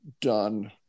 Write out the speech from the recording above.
done